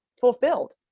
fulfilled